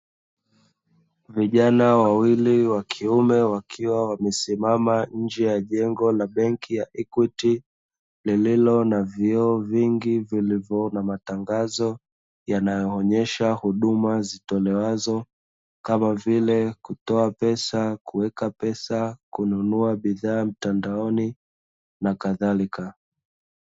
Vijana wawili wa kiume wakiwa wamesimama nje ya jengo la benki ya "equity" lilo na vioo vingi vilivyoona matangazo yanayoonyesha huduma zitolewazo kama vile kutoa pesa ,kuweka pesakununua ,bidhaa mtandaoni na kadhalika.